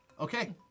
Okay